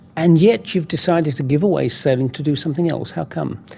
and yet you've decided to give away sailing to do something else. how come?